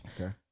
Okay